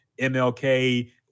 MLK